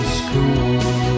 school